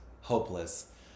hopeless